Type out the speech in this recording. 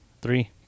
three